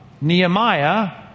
Nehemiah